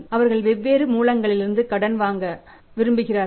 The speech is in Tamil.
அவர்கள் வெவ்வேறு மூலங்களிலிருந்து கடன் வாங்க விரும்புகிறார்கள்